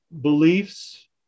beliefs